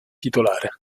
titolare